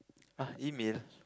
ah email